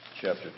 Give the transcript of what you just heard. chapter